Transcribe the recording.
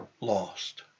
lost